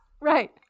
right